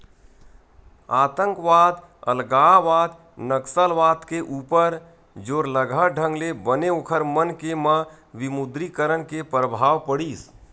आंतकवाद, अलगावाद, नक्सलवाद के ऊपर जोरलगहा ढंग ले बने ओखर मन के म विमुद्रीकरन के परभाव पड़िस